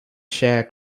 share